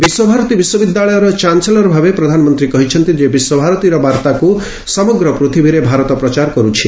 ବିଶ୍ୱଭାରତୀ ବିଶ୍ୱବିଦ୍ୟାଳୟର ଚାନ୍ସେଲର ଭାବେ ପ୍ରଧାନମନ୍ତ୍ରୀ କହିଛନ୍ତି ଯେ ବିଶ୍ୱଭାରତୀର ବାର୍ତ୍ତାକୁ ସମଗ୍ର ପୃଥିବୀରେ ଭାରତ ପ୍ରଚାର କରୁଛି